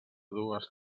dues